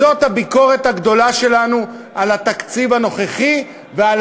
זאת הביקורת הגדולה שלנו על התקציב הנוכחי ועל